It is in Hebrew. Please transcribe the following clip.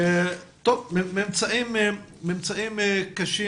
ממצאים קשים.